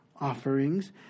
offerings